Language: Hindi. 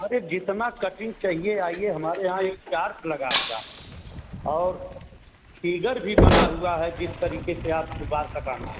अरे जितना कटिंग चाहिये आइये हमारे यहाँ एक चार्ट लगा हुआ है और फिगर भी बना हुआ है जिस तरीके से आप को बाल कटाना है